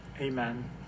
amen